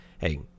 hey